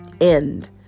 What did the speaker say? end